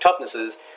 toughnesses